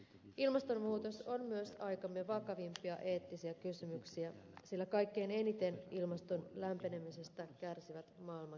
ilmastonmuutos on myös aikamme vakavimpia eettisiä kysymyksiä sillä kaikkein eniten ilmaston lämpenemisestä kärsivät maailman köyhät